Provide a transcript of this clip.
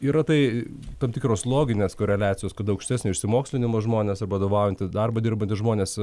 yra tai tam tikros loginės koreliacijos kada aukštesnio išsimokslinimo žmonės ar vadovaujantį darbą dirbantys žmonės